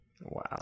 Wow